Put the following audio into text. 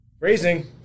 Raising